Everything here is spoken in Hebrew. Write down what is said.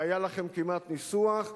והיה לכם כמעט ניסוח,